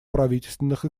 правительственных